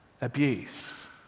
abuse